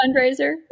fundraiser